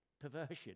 Perversion